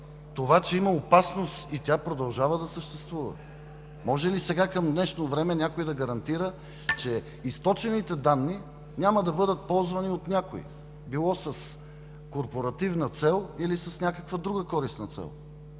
това, че има опасност и тя продължава да съществува. Може ли сега към днешно време някой да гарантира, че източените данни няма да бъдат ползвани от някой – било с корпоративна цел или с някаква друга користна цел?